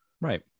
Right